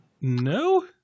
no